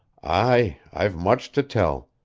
aye, i've much to tell.